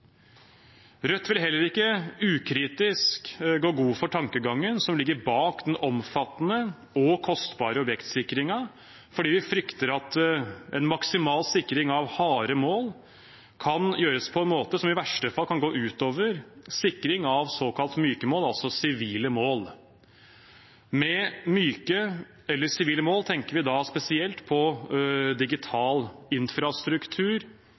Rødt vil heller ikke ukritisk gå god for tankegangen som ligger bak den omfattende og kostbare objektsikringen, fordi vi frykter at en maksimal sikring av harde mål kan gjøres på en måte som i verste fall kan gå ut over sikring av såkalt myke mål, altså sivile mål. Med myke eller sivile mål tenker vi da spesielt på digital infrastruktur,